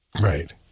Right